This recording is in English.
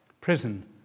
Prison